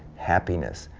happiness,